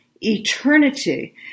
eternity